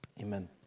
amen